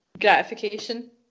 gratification